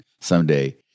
someday